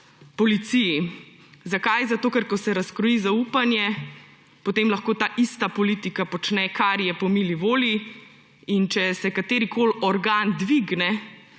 policiji. Zakaj? Ker ko se razkroji zaupanje, potem lahko taista politika počne, kar ji je po mili volji. In če se katerikoli organ dvigne